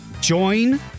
Join